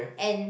and